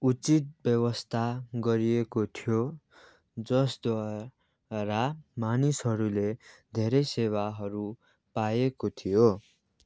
उचित व्यवस्था गरिएको थियो जसद्वारा मानिसहरूले धेरै सेवाहरू पाएको थियो